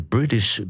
British